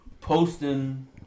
posting